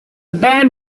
band